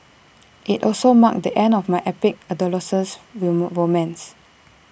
IT also marked the end of my epic adolescent romance